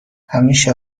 همیشه